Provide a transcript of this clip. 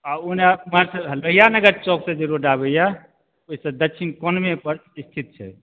आ ओना ओमहर से लोहिया नगर चौक से जे रोड आबैए ओहि से दक्षिण कोनवे पर स्थित छै